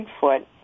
Bigfoot